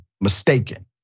mistaken